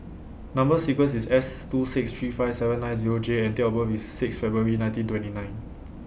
Number sequence IS S two six three five seven nine Zero J and Date of birth IS six February nineteen twenty nine